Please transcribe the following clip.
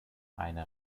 eine